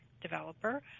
developer